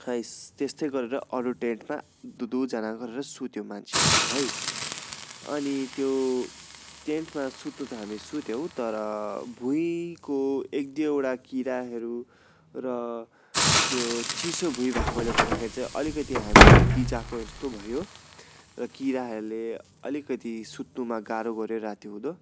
तेस्तै गरेर अरू टेन्टमा दुई दुईजना गरेर सुत्यो मान्छेहरू है अनि त्यो टेन्टमा सुत्नु त हामी सुत्यौँ तर भुइँको एक दुईवटा किराहरू र त्यो चिसो भुइँ भएकोले गर्दाखेरि चाहिँ अलिकति हामीलाई बिझाएको जस्तो भयो र किराहरूले अलिकति सुत्नुमा गाह्रो गऱ्यो रातिउँदो